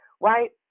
right